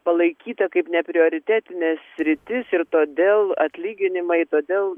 palaikyta kaip neprioritetinė sritis ir todėl atlyginimai todėl